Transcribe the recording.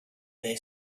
they